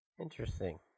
Interesting